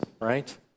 right